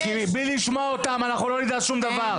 כי בלי לשמוע אותן אנחנו לא נדע שום דבר.